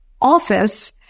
office